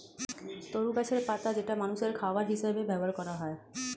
তরু গাছের পাতা যেটা মানুষের খাবার হিসেবে ব্যবহার করা হয়